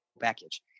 package